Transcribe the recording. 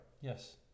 Yes